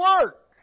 work